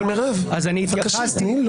אז אני התייחסתי.